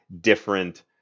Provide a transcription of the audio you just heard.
different